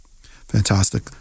Fantastic